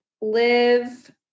live